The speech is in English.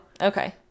Okay